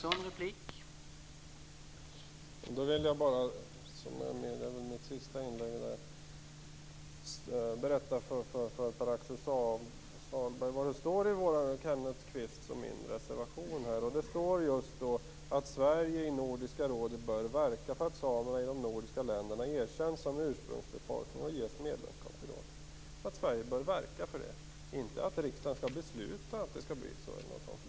Herr talman! Då vill jag i mitt sista inlägg berätta för Pär-Axel Sahlberg vad det står i Kenneth Kvists och min reservation. Det står att Sverige i Nordiska rådet bör verka för att samerna i de nordiska länderna erkänns som ursprungsbefolkning och ges medlemskap i rådet. Det står alltså att Sverige bör verka för det - inte att riksdagen skall besluta det eller något sådant.